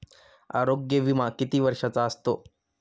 आरोग्य विमा किती वर्षांचा असतो?